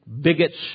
bigots